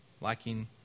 Lacking